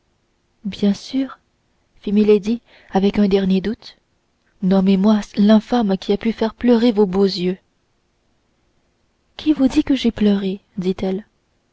bien sûr fit milady avec un dernier doute nommez moi l'infâme qui a pu faire pleurer vos beaux yeux qui vous dit que j'ai pleuré dit-elle